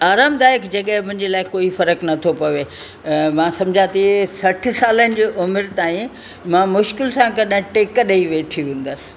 आरामदायकु जॻहिं मुंहिंजे लाइ कोई फ़र्क़ु नथो पवे मां सम्झां थी की सठि साल जे उमिरि ताईं मां मुश्किल सां टेक ॾेई वठी हूंदसि